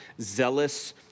zealous